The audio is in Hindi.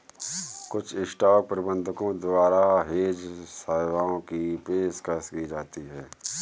कुछ स्टॉक प्रबंधकों द्वारा हेज सेवाओं की पेशकश की जाती हैं